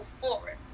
forward